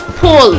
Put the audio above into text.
pull